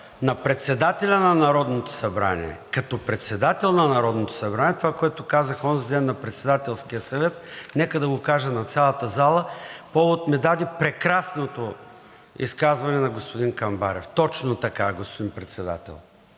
на председателя на Народното събрание като председател на Народното събрание – това, което казах онзи ден на Председателския съвет, нека да го кажа на цялата зала, повод ми даде прекрасното изказване на господин Камбарев. Точно така, господин Председател